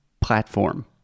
Platform